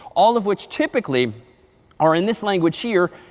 all of which typically are in this language here,